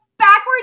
backwards